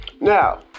Now